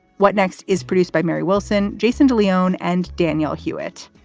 what next is produced by mary wilson, jason de leon and daniel hewitt.